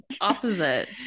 opposite